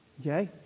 Okay